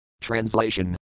Translation